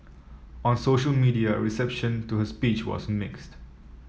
on social media reception to her speech was mixed